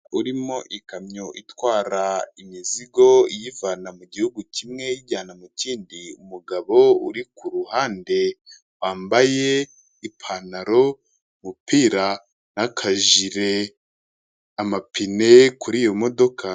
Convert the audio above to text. Umuhanda urimo ikamyo itwara imizigo iyivana mu gihugu kimwe iyijyana mu kindi; umugabo uri ku ruhande wambaye ipantaro, umupira n'akajire; amapine kuri iyo modoka